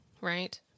right